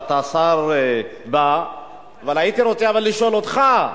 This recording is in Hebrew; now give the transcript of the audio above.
אבל הייתי רוצה לשאול אותך: